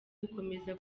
gukomeza